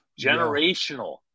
generational